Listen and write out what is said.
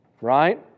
Right